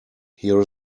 here